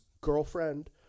girlfriend